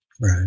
Right